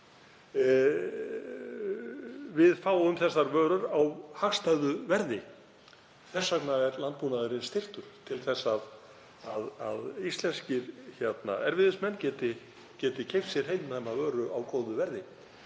Við fáum þessar vörur á hagstæðu verði. Þess vegna er landbúnaður styrktur til að íslenskir erfiðismenn geti keypt sér heilnæma vöru á góðu verði.